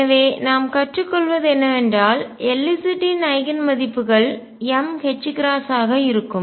எனவே நாம் கற்றுக்கொள்வது என்னவென்றால் Lz இன் ஐகன் மதிப்புகள் m ℏ ஆக இருக்கும்